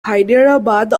hyderabad